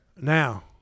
Now